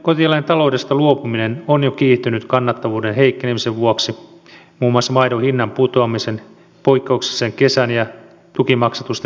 kotieläintaloudesta luopuminen on jo kiihtynyt kannattavuuden heikkenemisen vuoksi muun muassa maidon hinnan putoamisen poikkeuksellisen kesän ja tukimaksatusten siirtymisen vuoksi